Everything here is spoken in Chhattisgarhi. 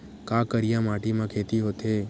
का करिया माटी म खेती होथे?